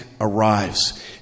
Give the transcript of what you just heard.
arrives